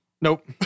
Nope